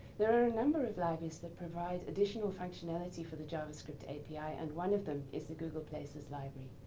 there are a number of libraries that provide additional functionality for the javascript api and one of them is the google places library.